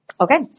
Okay